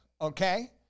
Okay